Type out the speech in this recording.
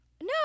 No